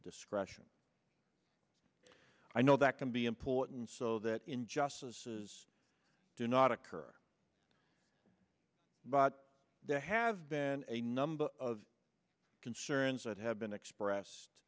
discretion i know that can be important so that enjoy this is do not occur but there have been a number of concerns that have been expressed